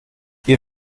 wir